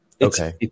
Okay